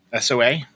SOA